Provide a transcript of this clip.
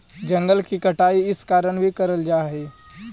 जंगल की कटाई इस कारण भी करल जा हई